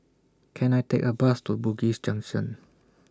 Can I Take A Bus to Bugis Junction